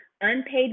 unpaid